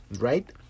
Right